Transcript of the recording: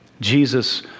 Jesus